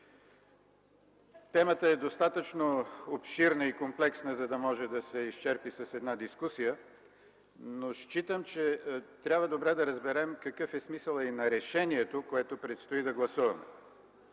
Темата е достатъчно обширна и комплексна, за да може да се изчерпи с една дискусия, но считам, че трябва добре да разберем какъв е смисълът и на решението, което предстои да гласуваме.